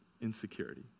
Insecurity